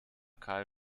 karl